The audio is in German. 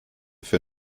für